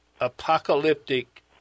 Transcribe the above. apocalyptic